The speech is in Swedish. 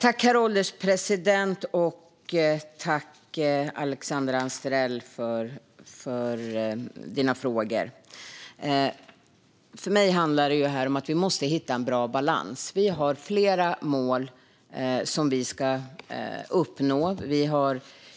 Herr ålderspresident! Tack, Alexandra Anstrell, för dina frågor! För mig handlar det om att vi måste hitta en bra balans. Vi har flera mål som vi ska uppnå.